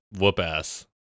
whoop-ass